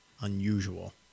Unusual